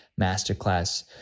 Masterclass